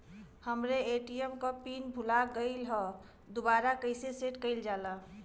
हमरे ए.टी.एम क पिन भूला गईलह दुबारा कईसे सेट कइलजाला?